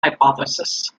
hypothesis